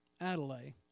Adelaide